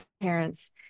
parents